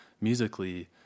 musically